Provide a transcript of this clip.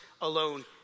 alone